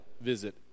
visit